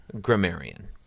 grammarian